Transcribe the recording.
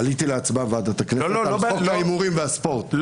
הייתי בהצבעה בוועדת הכנסת על חוק ההימורים והספורט.